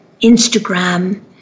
Instagram